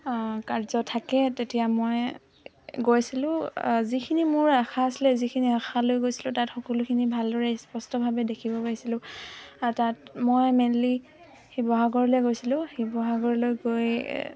কাৰ্য থাকে তেতিয়া মই গৈছিলোঁ যিখিনি মোৰ আশা আছিলে যিখিনি আশা লৈ গৈছিলোঁ তাত সকলোখিনি ভালদৰে স্পষ্টভাৱে দেখিব পাৰিছিলোঁ তাত মই মেইনলি শিৱসাগৰলৈৈ গৈছিলোঁ শিৱসাগৰলৈ গৈ